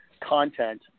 content